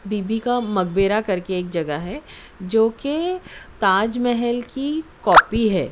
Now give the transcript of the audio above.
be be کا مقبرہ کر کے ایک جگہ ہے جو کہ تاج محل کی کاپی ہے